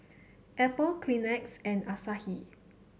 Apple Kleenex and Asahi